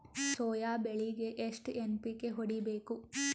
Soya ಬೆಳಿಗಿ ಎಷ್ಟು NPK ಹೊಡಿಬೇಕು?